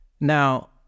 now